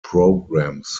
programs